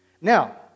Now